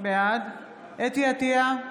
בעד חוה אתי עטייה,